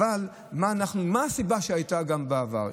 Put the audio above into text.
אבל מה הסיבה שהייתה גם בעבר?